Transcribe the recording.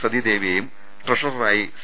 സതീദേവി യേയും ട്രഷററായി സി